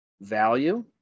Value